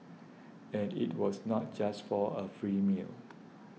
and it was not just for a free meal